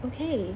okay